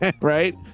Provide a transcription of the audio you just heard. Right